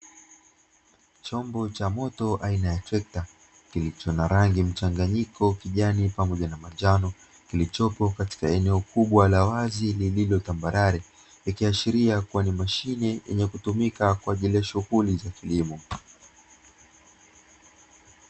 Chombo cha moto aina ya trekta, kilicho na rangi mchanganyiko kijani pamoja na manjano, kilichopo katika eneo kubwa la wazi lililo tambarare, likiashiria kuwa ni mashine yenye kutumika kwa ajili ya shughuli za kilimo.